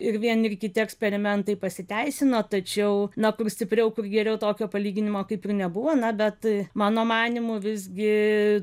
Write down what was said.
ir vieni ir kiti eksperimentai pasiteisino tačiau na kur stipriau kur geriau tokio palyginimo kaip ir nebuvo na bet mano manymu visgi